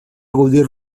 gaudir